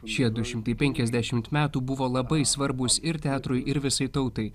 šie du šimtai penkiasdešimt metų buvo labai svarbūs ir teatrui ir visai tautai